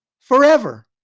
forever